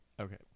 okay